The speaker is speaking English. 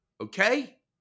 Okay